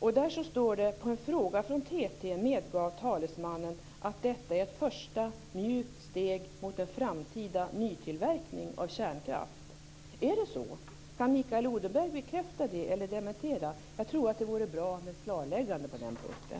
Där står det: På en fråga från TT medgav talesmannen att detta är ett första mjukt steg mot en framtida nytillverkning av kärnkraft. Är det så? Kan Mikael Odenberg bekräfta eller dementera det? Det vore bra med ett klarläggande på den punkten.